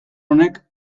honek